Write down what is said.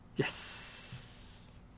Yes